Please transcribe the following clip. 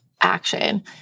action